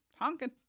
honking